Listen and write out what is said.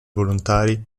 volontari